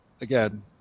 again